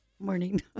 Morning